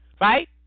right